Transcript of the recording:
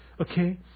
Okay